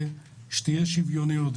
שתהיה שוויוניות,